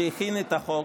מי שהכין את החוק,